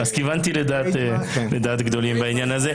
אז כיוונתי לדעת גדולים בעניין הזה.